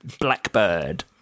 Blackbird